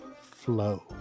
flow